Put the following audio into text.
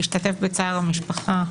להשתתף בצער המשפחה.